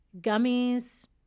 gummies –